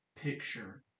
picture